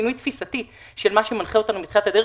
שינוי תפיסתי של מה שמנחה אותו מתחילת הדרך